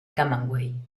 camagüey